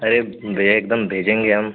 अरे भैया एकदम भेजेंगे हम